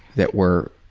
that were,